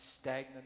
stagnant